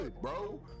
bro